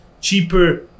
cheaper